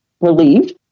relieved